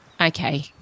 Okay